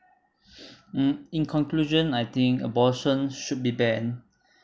mm in conclusion I think abortion should be banned